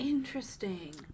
Interesting